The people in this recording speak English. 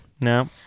no